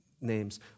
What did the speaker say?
names